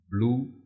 blue